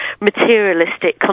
materialistic